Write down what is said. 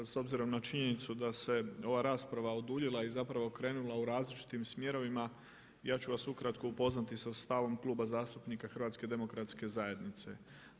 S obzirom na činjenicu da se ova rasprava oduljila i zapravo krenula u različitim smjerovima, ja ću vas ukratko upoznati sa stavom Kluba zastupnika HDZ-a.